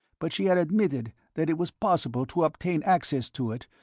but she had admitted that it was possible to obtain access to it,